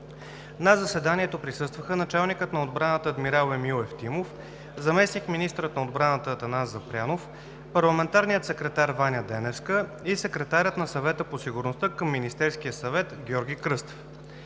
На заседанието присъстваха: началникът на отбраната – адмирал Емил Ефтимов, заместник-министърът на отбраната – Атанас Запрянов, парламентарният секретар – Ваня Деневска, и секретарят на Съвета по сигурността към Министерския съвет – Георги Кръстев.